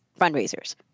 fundraisers